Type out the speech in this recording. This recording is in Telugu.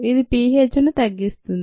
ఇది పీహెచ్ ను తగ్గిస్తుంది